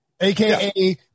AKA